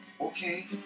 Okay